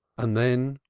and then,